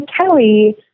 kelly